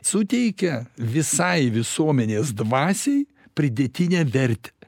suteikia visai visuomenės dvasiai pridėtinę vertę